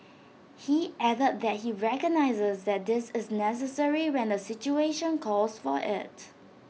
he added that he recognises that this is necessary when the situation calls for IT